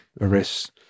arrests